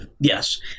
Yes